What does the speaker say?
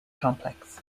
complex